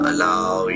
Allow